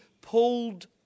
pulled